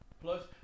plus